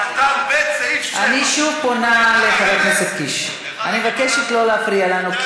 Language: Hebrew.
חברת הכנסת מיכל בירן.